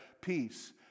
peace